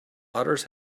otters